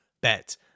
bet